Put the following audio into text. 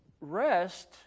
rest